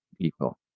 people